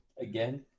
Again